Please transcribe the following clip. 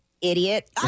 idiot